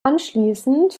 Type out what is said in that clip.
anschließend